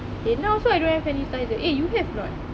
eh now also I don't have hand sanitizer eh you have or not